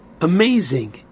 amazing